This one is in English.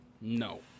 No